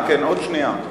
כן, עוד שנייה.